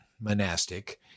monastic